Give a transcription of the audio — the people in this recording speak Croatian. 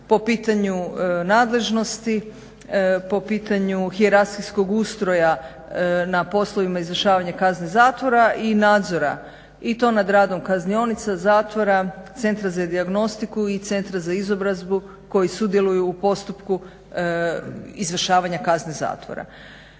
po pitanju nadležnosti, po pitanju hijerarhijskog ustroja na poslovima izvršavanja kazne zatvora i nadzora. I to nad radom kaznionica, zatvora, Centra za dijagnostiku i Centra za izobrazbu koji sudjeluju u postupku izvršavanja kazne zatvora.